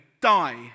die